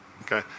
Okay